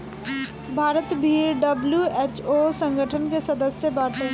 भारत भी डब्ल्यू.एच.ओ संगठन के सदस्य बाटे